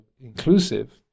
inclusive